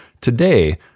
Today